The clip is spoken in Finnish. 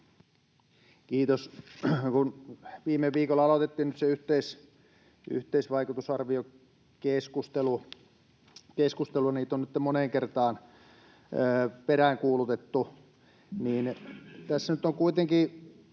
Kiitos! Kun viime viikolla aloitettiin nyt se yhteisvaikutusarviokeskustelu — niitä on nytten moneen kertaan peräänkuulutettu — niin tässä nyt on kuitenkin